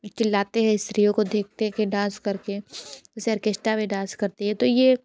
चिल्लाते हैं स्त्रीओं को देखते हैं की डाँस करके जैसे आर्केस्ट्रा में डाँस करती हैं तो ये